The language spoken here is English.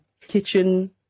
kitchen